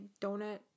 donut